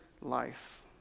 life